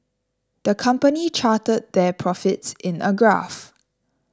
the company charted their profits in a graph